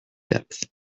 depth